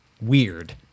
weird